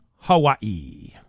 Hawaii